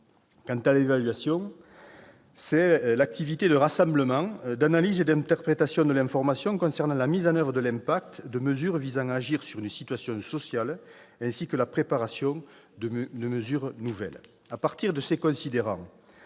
Quant à l'évaluation, c'est l'activité de rassemblement, d'analyse et d'interprétation de l'information concernant la mise en oeuvre et l'impact de mesures visant à agir sur une situation sociale, ainsi que la préparation de mesures nouvelles.